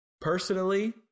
personally